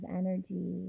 energy